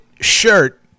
shirt